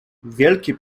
wielkie